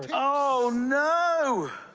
oh, no!